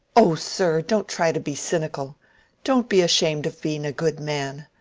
oh sir, don't try to be cynical don't be ashamed of being a good man.